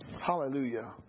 Hallelujah